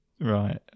right